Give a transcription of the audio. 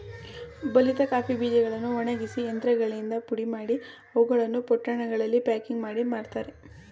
ಬಲಿತ ಕಾಫಿ ಬೀಜಗಳನ್ನು ಒಣಗಿಸಿ ಯಂತ್ರಗಳಿಂದ ಪುಡಿಮಾಡಿ, ಅವುಗಳನ್ನು ಪೊಟ್ಟಣಗಳಲ್ಲಿ ಪ್ಯಾಕಿಂಗ್ ಮಾಡಿ ಮಾರ್ತರೆ